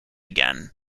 again